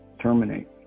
terminate